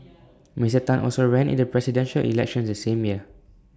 Mister Tan also ran in the Presidential Elections the same year